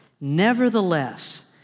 Nevertheless